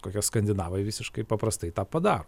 kokie skandinavai visiškai paprastai tą padaro